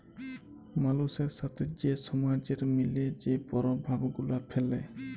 মালুসের সাথে যে সমাজের মিলে যে পরভাব গুলা ফ্যালে